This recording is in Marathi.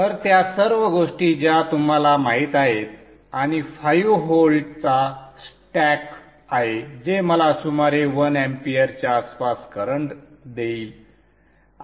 तर त्या सर्व गोष्टी ज्या तुम्हाला माहीत आहेत आणि 5 व्होल्टचा स्टॅक आहे जे मला सुमारे 1 amp च्या आसपास करंट देईल